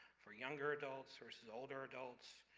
for younger adults versus older adults.